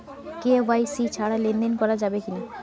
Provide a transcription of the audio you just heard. KYC ছাড়া লেনদেন করা যাবে কিনা?